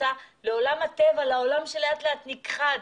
עושה למען עולם הטבע ולמען עולם שלאט לאט נכחד